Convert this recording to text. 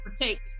protect